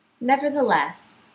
Nevertheless